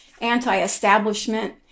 anti-establishment